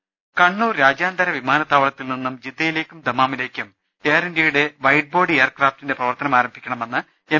രദ്ദേഷ്ടങ കണ്ണൂർ രാജ്യാന്തര വിമാനത്താവളത്തിൽ നിന്നും ജിദ്ദയിലേക്കും ദമാ മിലേക്കും എയർ ഇന്ത്യയുടെ വൈഡ് ബോഡി എയർക്രാഫ്റ്റിന്റെ പ്രവർ ത്തനം ആരംഭിക്കണമെന്ന് എം